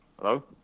Hello